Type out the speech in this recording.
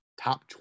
top